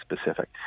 specific